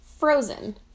frozen